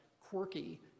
quirky